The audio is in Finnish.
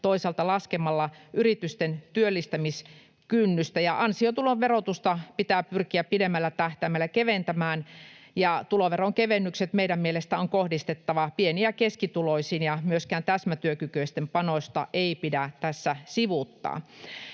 toisaalta laskemalla yritysten työllistämiskynnystä. Ansiotuloverotusta pitää pyrkiä pidemmällä tähtäimellä keventämään, ja tuloveronkevennykset meidän mielestämme on kohdistettava pieni- ja keskituloisiin. Myöskään täsmätyökykyisten panosta ei pidä tässä sivuuttaa.